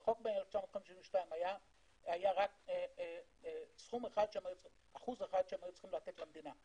בחוק מ-1952 היה רק אחוז אחד שהיו צריכים לתת למדינה.